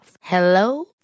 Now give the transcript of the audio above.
Hello